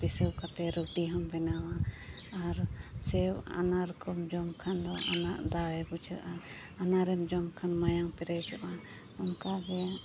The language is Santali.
ᱯᱤᱥᱟᱹᱣ ᱠᱟᱛᱮ ᱨᱩᱴᱤ ᱦᱚᱸᱢ ᱵᱮᱱᱟᱣᱼᱟ ᱟᱨ ᱥᱮᱣ ᱟᱱᱟᱨ ᱠᱚᱢ ᱡᱚᱢ ᱠᱷᱟᱱ ᱫᱚ ᱫᱟᱲᱮ ᱵᱩᱡᱷᱟᱹᱜᱼᱟ ᱟᱱᱟᱨ ᱮᱢ ᱡᱚᱢ ᱠᱷᱟᱱ ᱢᱟᱭᱟᱢ ᱯᱮᱨᱮᱡᱚᱜᱼᱟ ᱚᱱᱠᱟᱜᱮ